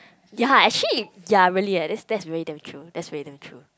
ya actually ya really eh that's that's really damn true that's really damn true